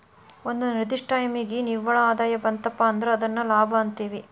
ಒಂದ ನಿರ್ದಿಷ್ಟ ಟೈಮಿಗಿ ನಿವ್ವಳ ಆದಾಯ ಬಂತಪಾ ಅಂದ್ರ ಅದನ್ನ ಲಾಭ ಅಂತೇವಿ